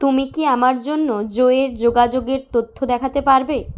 তুমি কি আমার জন্য জো এর যোগাযোগের তথ্য দেখাতে পারবে